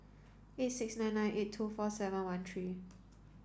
eight six nine nine eight two four seven one three